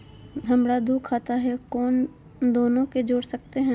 हमरा दू खाता हय, दोनो के जोड़ सकते है?